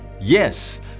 Yes